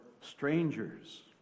strangers